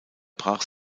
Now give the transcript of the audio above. brach